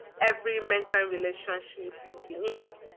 every mentoring relationship is unique.